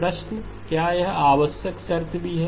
प्रश्न क्या यह एक आवश्यक शर्त भी है